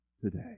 today